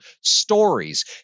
stories